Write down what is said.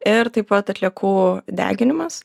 ir taip pat atliekų deginimas